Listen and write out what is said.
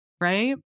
right